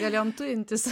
galėjom tujintis